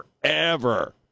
forever